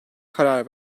karar